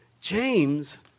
James